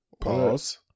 pause